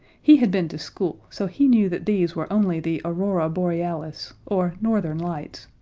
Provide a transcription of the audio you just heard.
he had been to school, so he knew that these were only the aurora borealis, or northern lights.